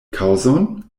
kaŭzon